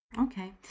Okay